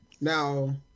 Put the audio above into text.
now